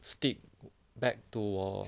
stick back to 我